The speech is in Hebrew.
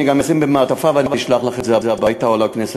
אני גם אשים במעטפה ואני אשלח לך את זה הביתה או לכנסת,